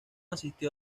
asistió